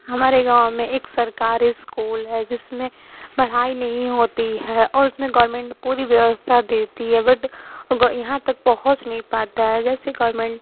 हमारे गाँव में एक सरकारी इस्कूल है जिसमें पढ़ाई नहीं होती है और उसमें गोरमेंट पूरी व्यवस्था देती है बट यहाँ तक पहुँच नहीं पाता है जैसे गवर्मेंट